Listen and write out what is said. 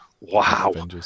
wow